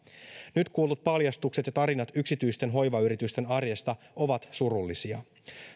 nyt kuullut paljastukset ja tarinat yksityisten hoivayritysten arjesta ovat surullisia